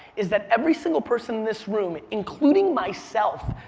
is that every single person in this room, including myself,